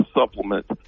supplement